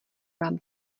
vám